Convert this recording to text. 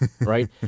right